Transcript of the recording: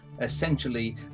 essentially